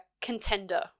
contender